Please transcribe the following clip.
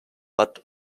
but